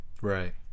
Right